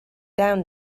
down